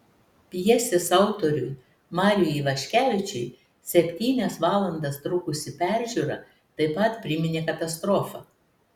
pjesės autoriui mariui ivaškevičiui septynias valandas trukusi peržiūra taip pat priminė katastrofą